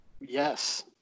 Yes